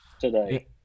today